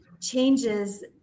changes